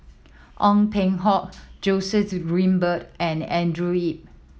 Ong Peng Hock Joseph Grimberg and Andrew Yip